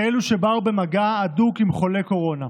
כאלה שבאו במגע הדוק עם חולה קורונה.